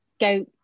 go